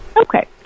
Okay